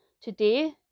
today